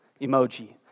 emoji